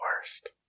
worst